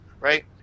right